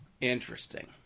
Interesting